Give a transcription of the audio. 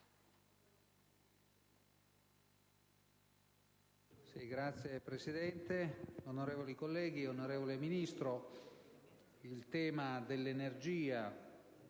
Signora Presidente, onorevoli colleghi, onorevole Ministro, il tema dell'energia